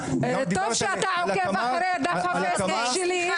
טוב שאתה עוקב אחרי דף הפייסבוק שלי.